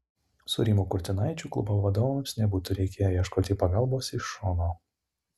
su rimu kurtinaičiu klubo vadovams nebūtų reikėję ieškoti pagalbos iš šono